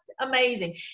amazing